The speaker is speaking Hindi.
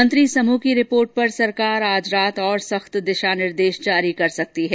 मंत्री समूह की रिपोर्ट पर सरकार आज रात और सख्त दिशा निर्देश जारी कर सकती है